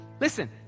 Listen